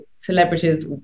celebrities